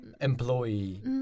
employee